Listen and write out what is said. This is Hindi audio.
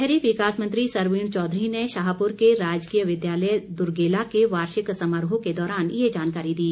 शहरी विकास मंत्री सरवीण चौधरी ने शाहपुर के राजकीय विद्यालय दुर्गेला के वार्षिक समारोह के दौरान ये जानकारी दी